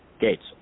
gates